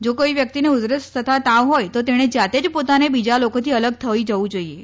જો કોઈ વ્યક્તિને ઉધરસ તથા તાવ હોય તો તેણે જાતે જ પોતાને બીજા લોકોથી અલગ થઈ જવું જોઈએ